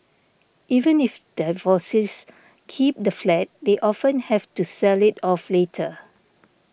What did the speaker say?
even if divorcees keep the flat they often have to sell it off later